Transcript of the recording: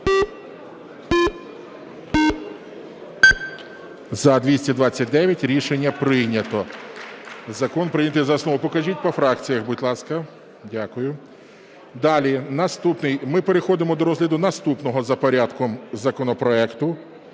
За-229 Рішення прийнято. Закон прийнято за основу. Покажіть по фракціях, будь ласка. Дякую. Далі наступний, ми переходимо до розгляду наступного за порядком законопроекту,